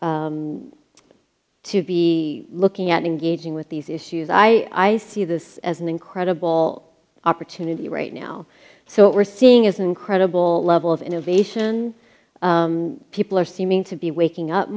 to be looking at engaging with these issues i see this as an incredible opportunity right now so what we're seeing is an incredible level of innovation people are seeming to be waking up